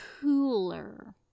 cooler